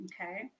Okay